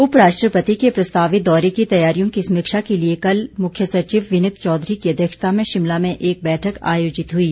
उप राष्ट्रपति के प्रस्तावित दौरे की तैयारियों की समीक्षा के लिए कल मुख्य सचिव विनीत चौधरी की अध्यक्षता में शिमला में एक बैठक आयोजित हुई